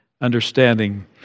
understanding